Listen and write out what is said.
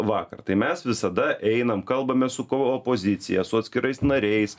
vakar tai mes visada einam kalbame su opozicija su atskirais nariais